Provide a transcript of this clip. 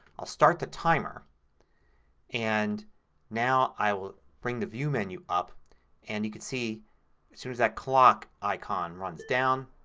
i'll start the timer and now i will bring the view menu up and you can see as but soon as that clock icon runs down